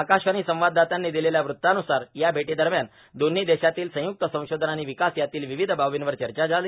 आकाशवाणी संवाददातांनी दिलेल्या वृत्तानुसार ज्या भेटीदरम्यान दोव्ही देशातील संयुक्त संशोधन आजी विकास यातील विविध बार्बीवर चर्चा झाली